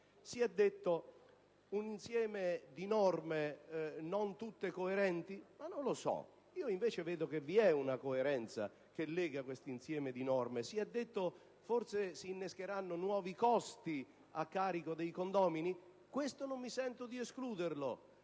si tratta di un insieme di norme non tutte coerenti: io invece vedo che vi è una coerenza che lega questo insieme di norme. Si è detto che forse si innescheranno nuovi costi a carico dei condomini: questo non mi sento di escluderlo,